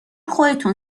خودتون